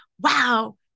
Wow